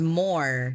more